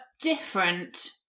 different